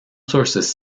sources